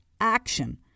action